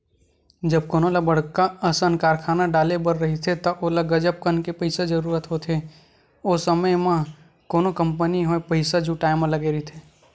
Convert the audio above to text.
जब कोनो ल बड़का असन कारखाना डाले बर रहिथे त ओला गजब कन पइसा के जरूरत होथे, ओ समे म कोनो कंपनी होय पइसा जुटाय म लगे रहिथे